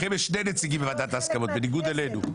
לכם יש שני נציגים בוועדת הסכמות בניגוד אלינו,